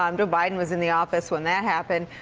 um joe biden was in the office when that happened.